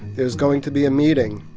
there's going to be a meeting.